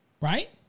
Right